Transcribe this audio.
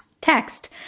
text